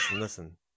listen